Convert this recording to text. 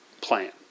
plan